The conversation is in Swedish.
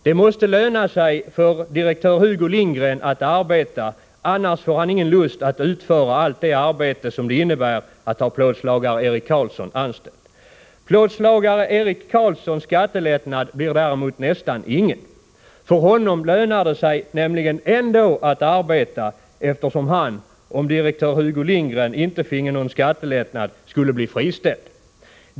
Det måste löna sej för direktör Hugo Lindgren att arbeta, annars får han ingen lust att utföra allt det arbete som det innebär att ha plåtslagare Erik Karlsson anställd. Plåtslagare Erik Karlssons skattelättnad blir däremot nästan ingen. För honom lönar det sej nämligen ändå att arbeta, eftersom han, om direktör Hugo Lindgren inte finge någon skattelättnad, skulle bli friställd.